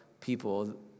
people